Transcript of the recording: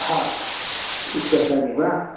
ह पुस्तकानि वा